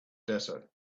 desert